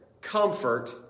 comfort